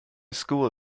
school